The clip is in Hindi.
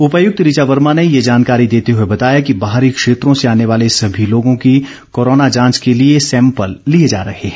उपायुक्त ऋचा वर्मा ने ये जानकारी देते हुए बताया कि बाहरी क्षेत्रों से आने वाले सभी लोगों की कोरोना जांच के लिए ैम्पल लिए जा रहे हैं